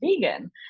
vegan